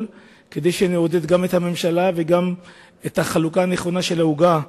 כדי לעודד גם את הממשלה וגם את החלוקה הנכונה של העוגה,